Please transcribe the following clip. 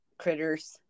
critters